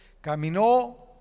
Caminó